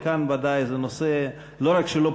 וכאן ודאי זה נושא שלא רק שהוא לא